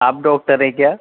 آپ ڈاکٹر ہیں کیا